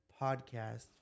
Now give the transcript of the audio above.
podcast